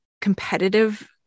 competitive